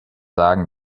sagen